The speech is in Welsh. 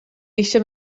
eisiau